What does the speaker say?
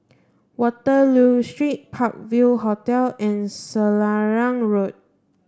Waterloo Street Park View Hotel and Selarang Road